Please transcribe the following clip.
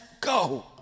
go